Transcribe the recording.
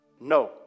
No